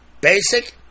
Basic